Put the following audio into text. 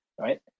right